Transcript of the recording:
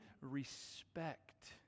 respect